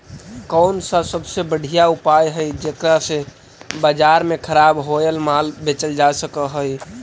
कौन सा सबसे बढ़िया उपाय हई जेकरा से बाजार में खराब होअल माल बेचल जा सक हई?